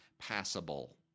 passable